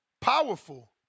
powerful